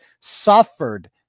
suffered